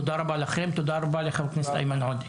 תודה רבה לכם, תודה רבה לחבר הכנסת איימן עודה.